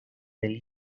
del